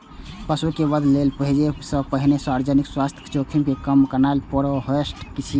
पशु कें वध लेल भेजै सं पहिने सार्वजनिक स्वास्थ्य जोखिम कें कम करनाय प्रीहार्वेस्ट छियै